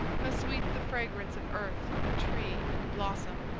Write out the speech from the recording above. how sweet the fragrance of earth and tree and blossom!